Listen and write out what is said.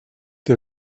der